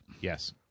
Yes